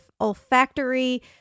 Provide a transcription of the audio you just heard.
olfactory